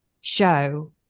show